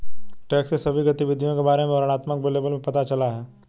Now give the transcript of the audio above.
tax की सभी गतिविधियों के बारे में वर्णनात्मक लेबल में पता चला है